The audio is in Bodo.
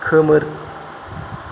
खोमोर